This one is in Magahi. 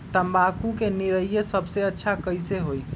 तम्बाकू के निरैया सबसे अच्छा कई से होई?